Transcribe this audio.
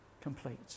complete